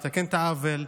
לתקן את העוול,